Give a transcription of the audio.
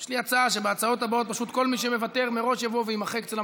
חבר הכנסת אברהם נגוסה, מוותר, תמחקו.